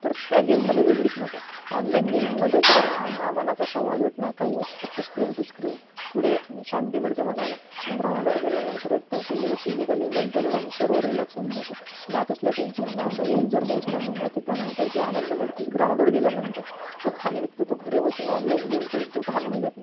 तर त्या गेममध्ये वेगळीच मजा आहे ऑनलाईन गेमिंगमध्ये तर ना मनाचा संवाद होत ना काही होत फक्त स्क्रीन टू स्क्रीन थोडे शांती मिळते मनाला पण ग्राउंडवर गेल्यानंतर एकदम फिजिक फिजिकली मेंटली माणूस सर्व रिलॅक्स होऊन जातो ना कसलं टेन्शन ना काही एक्झरसाईज पण होऊन जाते त्यानंतर जो आनंद मिळते ग्राउंडवर गेल्यानंतर जो घाम निघतो तो घरी बसून ऑनलाईन गेम खेळून तो घाम निघत नाही